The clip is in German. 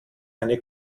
eine